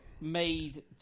made